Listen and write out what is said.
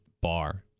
bar